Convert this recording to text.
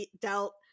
dealt